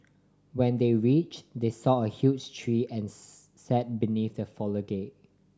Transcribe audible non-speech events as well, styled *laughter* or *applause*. when they reach they saw a huge tree and *noise* sat beneath the foliage